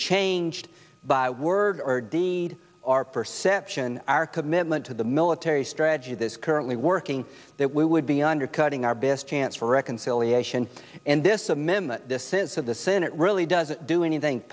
changed by word or deed our perception our commitment to the military strategy this currently working that we would be undercutting our best chance for reconciliation and this i'm in the sense that the senate really doesn't do anything